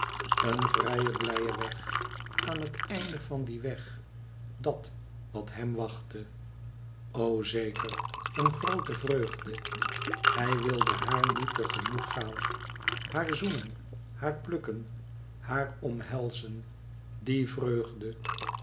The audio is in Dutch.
een vrije blije weg aan het einde van dien weg dat wat hem wachtte o zeker een groote vreugde hij wilde haar nu te gemoet gaan haar zoenen haar plukken haar omhelzen die vreugde